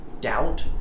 doubt